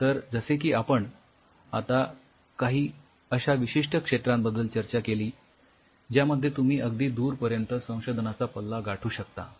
तर जसे की आपण आता काही अश्या विशिष्ठ क्षेत्रांबद्दल चर्चा केली ज्यामध्ये तुम्ही अगदी दूरपर्यंत संशोधनाचा पल्ला गाठू शकता